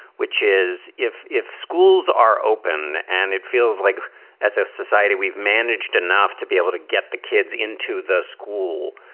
which is if if schools are open and it feels like as a society, we've managed enough to be able to get the kids into the school.